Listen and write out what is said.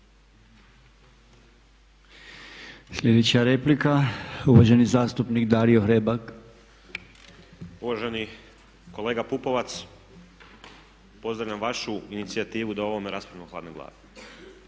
Sljedeća replika, uvaženi zastupnik Dario Hrebak. **Hrebak, Dario (HSLS)** Uvaženi kolega Pupovac, pozdravljam vašu inicijativu da o ovome raspravljamo hladne glave.